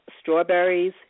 strawberries